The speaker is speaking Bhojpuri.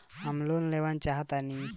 हम लोन लेवल चाहऽ तनि कइसे होई तनि बताई?